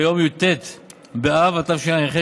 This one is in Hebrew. ליום י"ט באב התשע"ח,